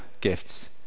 gifts